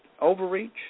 overreach